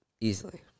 Easily